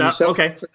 Okay